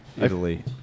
Italy